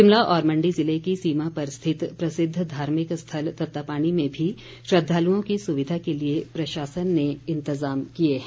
शिमला और मंडी जिले की सीमा पर स्थित प्रसिद्ध धार्मिक स्थल तत्तापानी में भी श्रद्वालुओं की सुविधा के लिए प्रशासन ने इंतज़ाम किए हैं